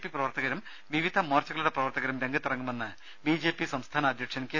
P പ്രവർത്തകരും വിവിധ മോർച്ചകളുടെ പ്രവർത്തകരും രംഗത്തിറങ്ങുമെന്ന് ബിജെപി സംസ്ഥാന അധ്യക്ഷൻ കെ